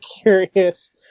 curious